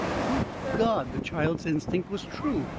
good god! the child's instinct was true.